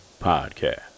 Podcast